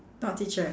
not teacher